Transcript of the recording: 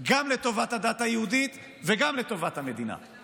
גם לטובת הדת היהודית וגם לטובת המדינה.